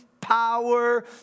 power